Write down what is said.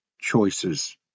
choices